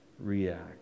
react